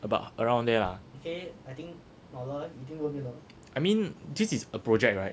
about around there lah I mean this is a project right